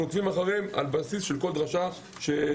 אנחנו עוקבים אחר כל דרשה כזאת.